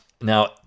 now